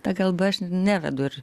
ta kalba aš nevedu ir